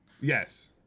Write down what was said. Yes